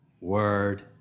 word